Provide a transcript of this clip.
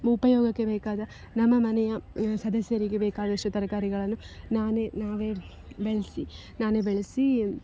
ಉಪಯೋಗಕ್ಕೆ ಬೇಕಾದ ನಮ್ಮ ಮನೆಯ ಸದಸ್ಯರಿಗೆ ಬೇಕಾದಷ್ಟು ತರಕಾರಿಗಳನ್ನು ನಾನೇ ನಾವೇ ಬೆಳೆಸಿ ನಾನೇ ಬೆಳೆಸಿ